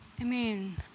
Amen